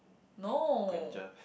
no